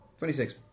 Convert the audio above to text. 26